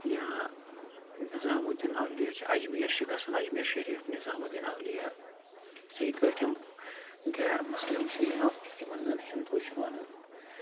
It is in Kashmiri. یا نِظامُدیٖن اَولِیا اَجمیٖر چھِ گَژھان اَجمیٖر شریٖف نِظامُدیٖن اَولِیا یِتھے کٲٹھۍ یِم غیر مُسلِم چھِ یا یِمَن زَن ہِندوٗ چھِ وَنان